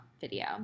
video